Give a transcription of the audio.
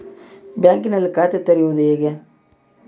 ಬ್ಯಾಂಕಿನಲ್ಲಿ ಖಾತೆ ತೆರೆಯುವುದು ಹೇಗೆ?